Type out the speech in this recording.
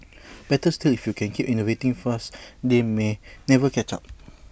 better still if you can keep innovating fast they may never catch up